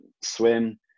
swim